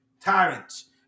Tyrants